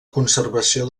conservació